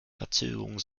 verzögerungen